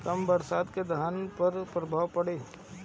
कम बरसात के धान पर का प्रभाव पड़ी?